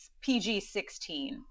PG-16